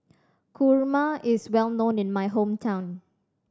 kurma is well known in my hometown